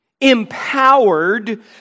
empowered